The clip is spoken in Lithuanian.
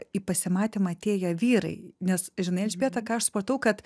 į pasimatymą atėję vyrai nes žinai elžbieta ką aš supratau kad